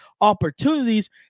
opportunities